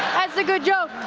that's a good joke.